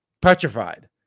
Petrified